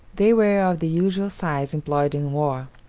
they were of the usual size employed in war.